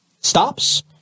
stops